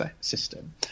system